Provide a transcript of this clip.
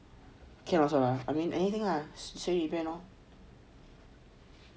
can also ah I mean anything lah 随便